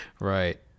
Right